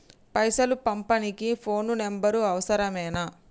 పైసలు పంపనీకి phone number అవసరమేనా?